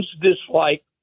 dislike